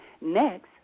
Next